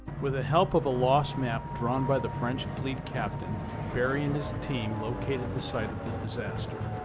with the help of a lost map drawn by the french fleet captain, barry and his team located the site of the disaster.